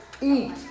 eat